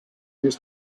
his